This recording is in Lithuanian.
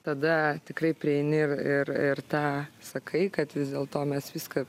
tada tikrai prieini ir ir ir tą sakai kad vis dėlto mes viską